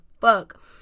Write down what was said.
fuck